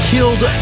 Killed